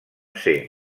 ser